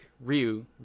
ryu